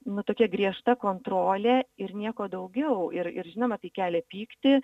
nu tokia griežta kontrolė ir nieko daugiau ir ir žinoma tai kelia pyktį